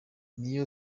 niyo